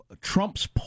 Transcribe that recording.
Trump's